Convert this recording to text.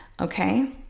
Okay